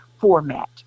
format